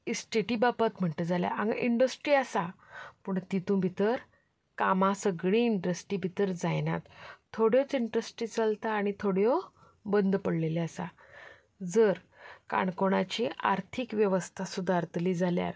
इस्टेटी बाबतींत म्हणटलें जाल्यार हांगा इंडस्ट्री आसा पूण तातूंत भितर कामां सगळीं इंडस्ट्री भितर जायनात थोड्योच इंडस्ट्री चलतात आनी थोड्यो बंद पडिल्ल्यो आसात जर काणकोणाची आर्थीक वेवस्था सुदारतली जाल्यार